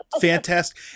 Fantastic